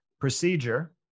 procedure